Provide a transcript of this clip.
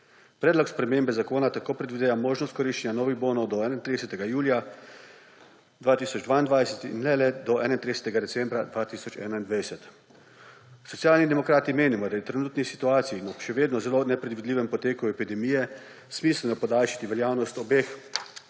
Predlog spremembe zakona tako predvideva možnost koriščenja novih bonov do 31. julija 2022 in ne le do 31. decembra 2021. Socialni demokrati menimo, da je v trenutni situaciji in ob še vedno zelo nepredvidljivem poteku epidemije smiselno podaljšati veljavnost obeh